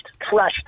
trashed